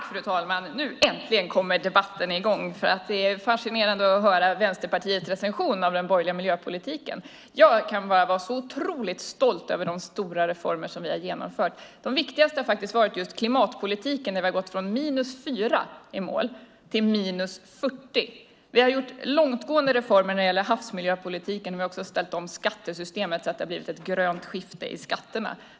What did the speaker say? Fru talman! Äntligen kommer debatten i gång! Det är fascinerande att höra Vänsterpartiets recension av den borgerliga miljöpolitiken. Jag är otroligt stolt över de reformer som vi har genomfört. Den viktigaste har varit klimatpolitiken där vi har gått från ett mål på 4 till 40. Vi har gjort långtgående reformer när det gäller havsmiljöpolitiken, och vi har ställt om skattesystemet så att det har blivit ett grönt skifte i skatterna.